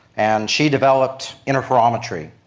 and she developed interferometry,